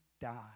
die